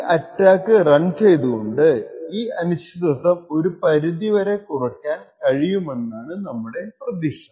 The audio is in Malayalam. ഈ അറ്റാക്ക് റൺ ചെയ്തതുകൊണ്ട് ഈ അനിശ്ചിതത്വം ഒരു പരിധി വരെ കുറക്കാൻ കഴിയുമെന്നാണ് നമ്മുടെ പ്രതീക്ഷ